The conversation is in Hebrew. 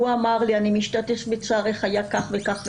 הוא אמר לי, אני משתתף בצערך, היה כך וכך.